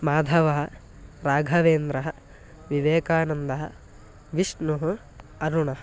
माधवः राघवेन्द्रः विवेकानन्दः विष्णुः अरुणः